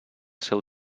seu